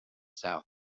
south